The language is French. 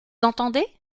entendez